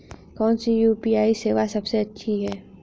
कौन सी यू.पी.आई सेवा सबसे अच्छी है?